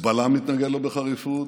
חיזבאללה מתנגד לו בחריפות,